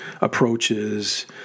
approaches